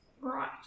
Right